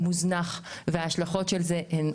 מוזנח וההשלכות של זה הן קריטיות.